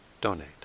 donate